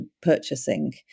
purchasing